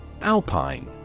Alpine